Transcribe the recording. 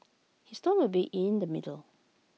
his tone will be in the middle